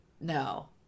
No